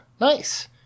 nice